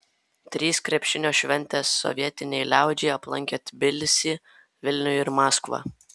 trys krepšinio šventės sovietinei liaudžiai aplankė tbilisį vilnių ir maskvą